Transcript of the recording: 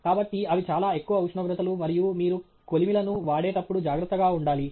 కాబట్టి అవి చాలా ఎక్కువ ఉష్ణోగ్రతలు మరియు మీరు కొలిమిలను వాడేటప్పుడు జాగ్రత్తగా ఉండాలి